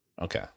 Okay